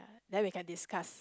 then we can discuss